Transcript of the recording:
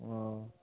ও